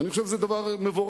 ואני חושב שזה דבר מבורך.